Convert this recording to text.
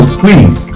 please